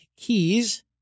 Keys